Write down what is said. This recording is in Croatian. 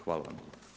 Hvala vama.